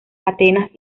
atenas